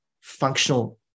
functional